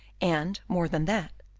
and, more than that,